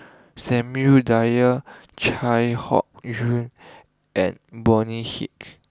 Samuel Dyer Chai Hon Yoong and Bonny Hicks